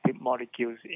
molecules